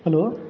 hello